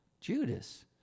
Judas